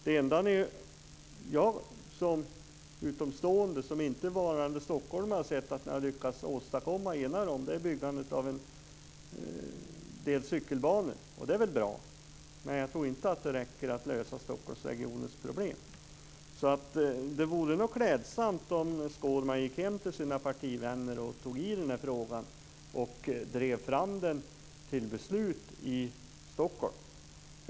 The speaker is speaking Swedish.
Det enda som jag som utomstående, som inte varande stockholmare, har sett att ni har lyckats enas om och åstadkomma är byggandet av en del cykelbanor. Och det är väl bra, men jag tror inte att det räcker för att lösa Stockholmsregionens problem. Det vore nog därför klädsamt om Skårman gick hem till sina partivänner och tog tag i denna fråga och drev fram den till beslut i Stockholm.